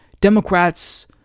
Democrats